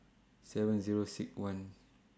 seven Zero six one